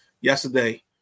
yesterday